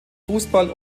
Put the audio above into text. fußball